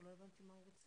אני לא מכיר שפנו